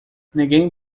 ninguém